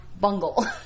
bungle